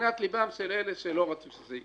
למגינת לבם של אלה שלא רצו שזה יקרה.